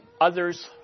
others